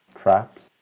traps